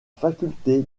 faculté